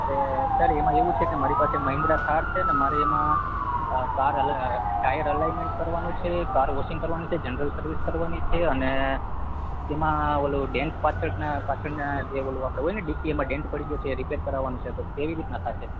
અરે સર એમાં એવું છે કે મારી પાસે મહિન્દ્રા થાર છે ને મારે એમાં કાર અ ટાયર એલાઈમેન્ટ કરાવવાનું છે કાર વોશિંગ કરવાની છે જનરલ સર્વિસ કરાવવાની છે અને તેમ પેલો ડેન્ટ પાછળ હોય ને ડીપી એમાં ડેન્ટ પડી ગયો છે એ રિપેર કરવાનું છે તો કેવી રીતે થસે